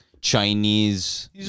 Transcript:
Chinese